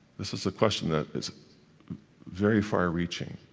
this is a question that is very far-reaching,